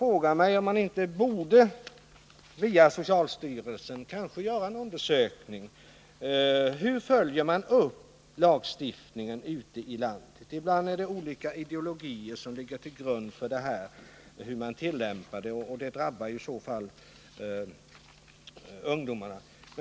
Man borde kanske via socialstyrelsen göra en undersökning av hur lagstiftningen följs upp ute i landet. Det kan ibland vara olika ideologiska uppfattningar som ligger till grund för hur man tillämpar lagstiftningen, och det drabbar i så fall ungdomarna.